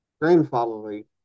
grandfatherly